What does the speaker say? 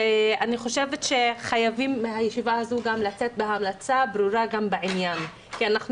אני חושבת שחייבים לצאת בישיבה הזאת בהמלצה ברורה בעניין כי אנחנו